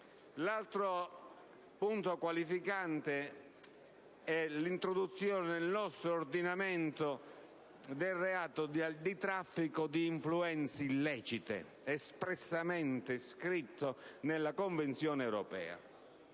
L'altro punto qualificante è l'introduzione nel nostro ordinamento del reato di traffico di influenze illecite, espressamente contenuto nella Convenzione europea.